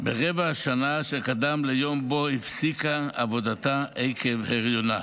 ברבע השנה שקדם ליום שבו הפסיקה עבודתה עקב הריונה.